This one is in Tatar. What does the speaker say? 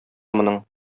моның